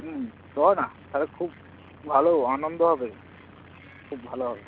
হুম চ না তালে খুব ভালো আনন্দ হবে খুব ভালো হবে